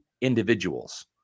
individuals